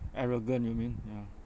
arrogant you mean ya